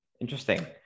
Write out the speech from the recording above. Interesting